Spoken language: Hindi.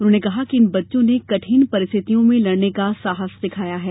उन्होंने कहा कि इन बच्चों ने कठिन परिस्थितियों में लड़ने का साहस दिखाया है